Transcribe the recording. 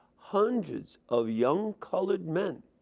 hundreds of young colored men,